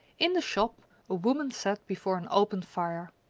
in the shop a woman sat before an open fire.